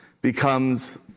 becomes